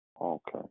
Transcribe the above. Okay